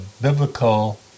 biblical